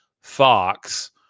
fox